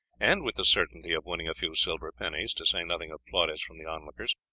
and with the certainty of winning a few silver pennies, to say nothing of plaudits from the onlookers.